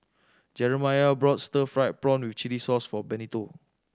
Jerimiah bought stir fried prawn with chili sauce for Benito